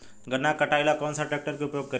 गन्ना के कटाई ला कौन सा ट्रैकटर के उपयोग करी?